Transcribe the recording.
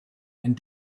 and